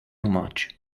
much